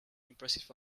impressive